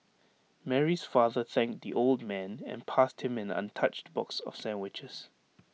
Mary's father thanked the old man and passed him an untouched box of sandwiches